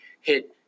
hit